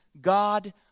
God